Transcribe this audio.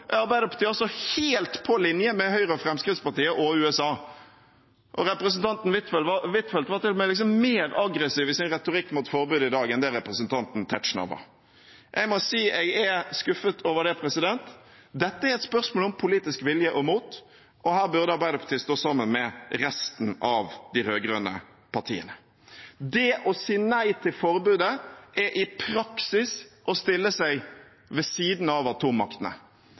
Arbeiderpartiet altså helt på linje med Høyre og Fremskrittspartiet – og USA. Representanten Huitfeldt var til og med mer aggressiv i sin retorikk mot forbudet i dag enn det representanten Tetzschner var. Jeg må si jeg er skuffet over det. Dette er et spørsmål om politisk vilje og mot, og her burde Arbeiderpartiet stått sammen med resten av de rød-grønne partiene. Det å si nei til forbudet er i praksis å stille seg ved siden av atommaktene.